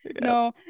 No